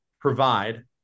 provide